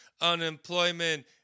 Unemployment